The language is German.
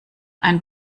ein